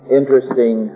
interesting